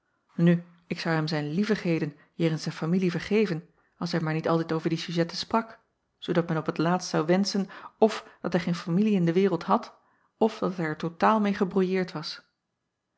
u ik zou hem zijn lievigheden jegens zijn familie vergeven als hij maar niet altijd over die sujetten sprak zoodat men op het laatst zou wenschen f dat hij geen familie in de wereld had f dat hij er totaal meê gebrouilleerd was